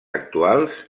actuals